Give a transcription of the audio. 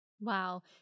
Wow